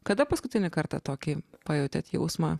kada paskutinį kartą tokį pajautėt jausmą